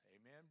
amen